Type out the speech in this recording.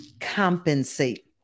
compensate